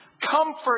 comfort